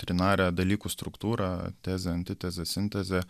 trinarę dalykų struktūrą tezę antitezę sintezę